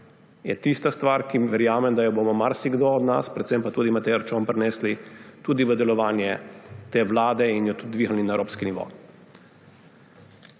je tista stvar, za katero verjamem, da jo bomo marsikdo od nas, predvsem pa tudi Matej Arčon, prinesli tudi v delovanje te vlade in jo tudi dvignili na evropski nivo.